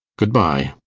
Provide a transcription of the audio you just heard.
good-bye!